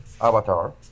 avatar